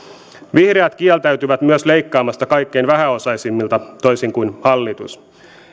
vihreät kieltäytyvät myös leikkaamasta kaikkein vähäosaisimmilta toisin kuin hallitus